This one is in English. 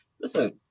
listen